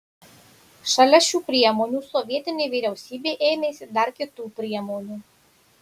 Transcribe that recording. šalia šių priemonių sovietinė vyriausybė ėmėsi dar kitų priemonių